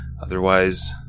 Otherwise